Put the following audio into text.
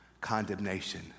condemnation